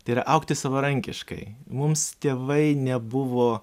tai yra augti savarankiškai mums tėvai nebuvo